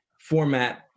format